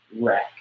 wreck